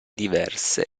diverse